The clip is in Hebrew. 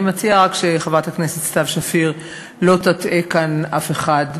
אני מציעה רק שחברת הכנסת סתיו שפיר לא תטעה כאן אף אחד.